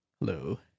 Hello